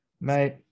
mate